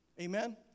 Amen